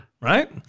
Right